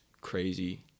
crazy